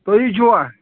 تُہۍ چھِوا